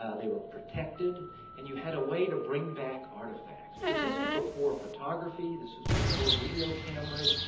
ah they were protected and you had a way to bring back artifacts. because this was before photography, this is before video cameras,